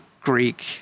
Greek